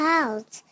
out